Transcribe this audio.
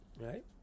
right